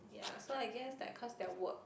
ya so I guess that because their work